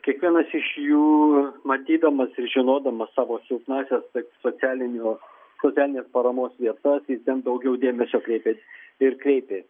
kiekvienas iš jų matydamas ir žinodamas savo silpnąsias socialinio socialinės paramos vietas jis ten daugiau dėmesio kreipė ir kreipė